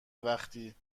وقتی